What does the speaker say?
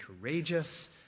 courageous